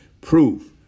Proof